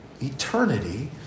Eternity